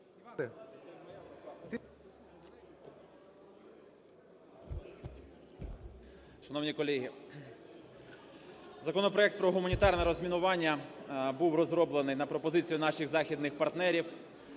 Шановні колеги, законопроект про гуманітарне розмінування був розроблений на пропозицію наших західних партнерів,